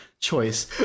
choice